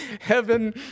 Heaven